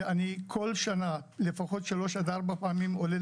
אני כל שנה לפחות שלוש עד ארבע פעמים עולה